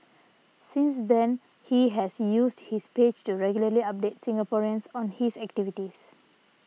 since then he has used his page to regularly update Singaporeans on his activities